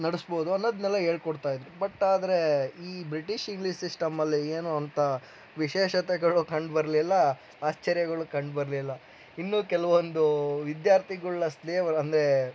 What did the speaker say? ನಡ್ಸ್ಬೌದು ಅನ್ನೋದನ್ನೆಲ್ಲ ಹೇಳ್ಕೊಡ್ತಾ ಇದ್ದರು ಬಟ್ ಆದರೆ ಈ ಬ್ರಿಟಿಷ್ ಇಂಗ್ಲೀಷ್ ಸಿಸ್ಟಮ್ಮಲ್ಲಿ ಏನು ಅಂಥ ವಿಶೇಷತೆಗಳು ಕಂಡು ಬರಲಿಲ್ಲ ಆಶ್ಚರ್ಯಗಳೂ ಕಂಡು ಬರಲಿಲ್ಲ ಇನ್ನೂ ಕೆಲವೊಂದು ವಿದ್ಯಾರ್ಥಿಗಳನ್ನ ಸ್ಲೇವರ್ ಅಂದರೆ